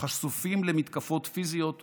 חשופים למתקפות פיזיות ומילוליות.